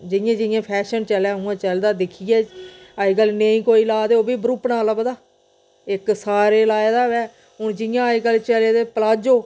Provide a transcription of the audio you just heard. जियां जियां फैशन चलै उ'यां चलदा दिक्खियै अज्जकल नेईं कोई ला ते ओह् बी बह्रूपना लभदा इक सारें लाए दा होऐ हून जियां अज्जकल चले दे पलाजो